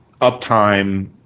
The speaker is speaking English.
uptime